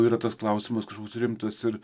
yra tas klausimas kažkoks rimtas ir